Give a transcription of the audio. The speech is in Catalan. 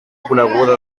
coneguda